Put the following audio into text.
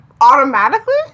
Automatically